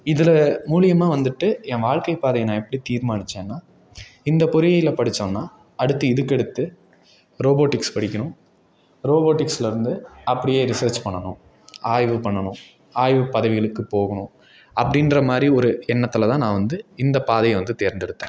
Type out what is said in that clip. இதில் மூலயமா வந்துட்டு என் வாழ்க்கை பாதையை நான் எப்படி தீர்மானித்தேன்னா இந்த பொறியியல படிச்சோன்னா அடுத்து இதுக்கடுத்து ரோபோடிக்ஸ் படிக்கணும் ரோபோடிக்ஸ்லேருந்து அப்படியே ரிசர்ச் பண்ணணும் ஆய்வு பண்ணணும் ஆய்வு பதவிகளுக்கு போகணும் அப்படின்ற மாதிரி ஒரு எண்ணத்தில் தான் நான் வந்து இந்த பாதையை வந்து தேர்ந்தெடுத்தேன்